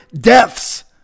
deaths